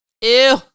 Ew